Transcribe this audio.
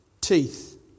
teeth